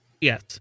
yes